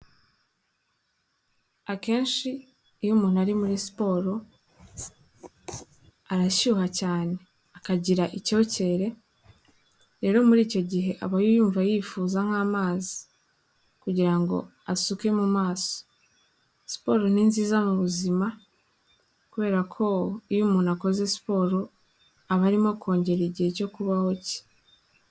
Akenshi iyo umuntu ari muri siporo arashyuha cyane akagira icyokere rero muri icyo gihe aba yumva yifuza nk'amazi kugira ngo asuke mu maso siporo ni nziza mu buzima kubera ko iyo umuntu akoze siporo aba arimo kongera igihe cyo kubaho cye.